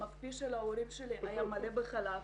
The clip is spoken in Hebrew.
המקפיא של ההורים שלי היה מלא בחלב,